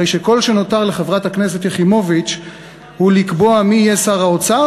הרי כל שנותר לחברת הכנסת יחימוביץ הוא לקבוע מי יהיה שר האוצר,